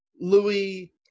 Louis